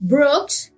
Brooks